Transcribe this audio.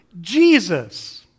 Jesus